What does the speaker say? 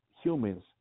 humans